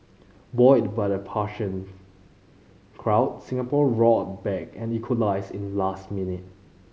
buoyed by the partisans crowd Singapore roared back and equalised in last minute